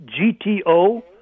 GTO